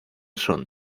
son